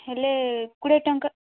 ହେଲେ କୋଡ଼ିଏ ଟଙ୍କା